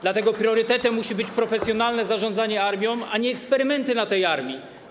Dlatego priorytetem musi być profesjonalne zarządzanie armią, a nie eksperymenty na tej armii.